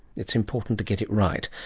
it's important to get it right.